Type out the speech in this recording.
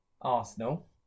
Arsenal